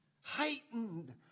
Heightened